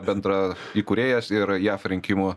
bendra įkūrėjas ir jav rinkimų